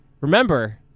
Remember